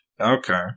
Okay